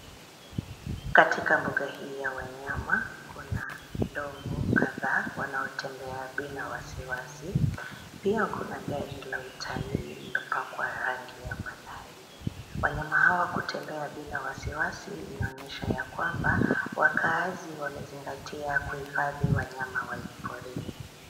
Katika mbuga hii ya wanyama, kuna ndovu kadhaa wanaotembea bila wasiwasi. Pia kuna gari la utalii lililopakwa rangi ya malai. Wanyama hawa kutembea bila wasiwasi inaonyesha ya kwamba wakaazi wamezingatia kuhifadhi wanyama wa porini.